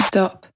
Stop